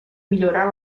millorar